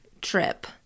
trip